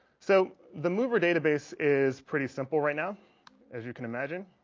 so the mover database is pretty simple right now as you can imagine